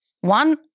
one